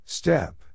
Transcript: Step